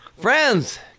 Friends